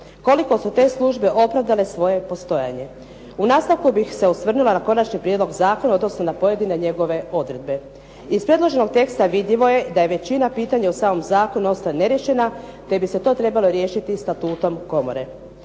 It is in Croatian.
Koliko su te službe opravdale svoje postojanje? U nastavku bih se osvrnula na konačni prijedlog zakona, odnosno na pojedine njegove odredbe. Iz predloženog teksta vidljivo je da je većina pitanja u samom zakonu ostaju neriješena te bi se to trebalo riješiti statutom komore.